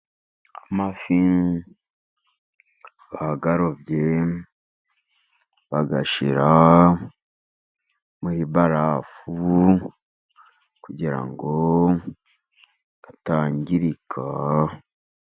Amafi bayarobye bayashyira muri barafu kugira ngo atangirika.